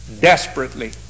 desperately